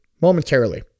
momentarily